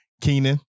Keenan